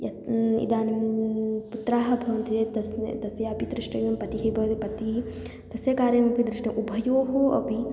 यत् इदानीं पुत्राः भवन्ति चेत् तस्य तस्यापि दृष्टव्यं पतिः भवति पतिः तस्य कार्यमपि दृष्टम् उभयोः अपि